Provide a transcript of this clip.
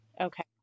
Okay